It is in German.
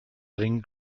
bringen